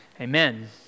Amen